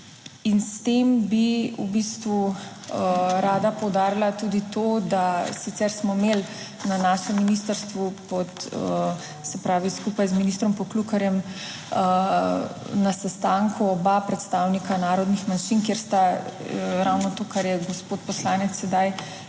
In s tem bi v bistvu rada poudarila tudi to, da sicer smo imeli na našem ministrstvu pod, se pravi skupaj z ministrom Poklukarjem na sestanku oba predstavnika narodnih manjšin, kjer sta ravno to, kar je gospod poslanec sedaj